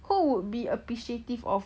like who would be appreciative of